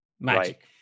Magic